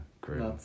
great